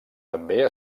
també